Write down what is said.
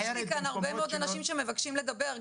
יש כאן עוד אנשים שמבקשים לדבר,